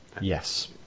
Yes